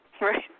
Right